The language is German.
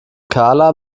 karla